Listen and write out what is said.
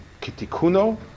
kitikuno